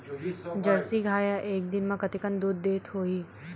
Jersey गाय ह एक दिन म कतेकन दूध देत होही?